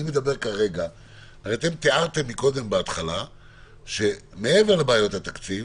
אתם תיארתם בהתחלה שמעבר לבעיות התקציב